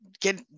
get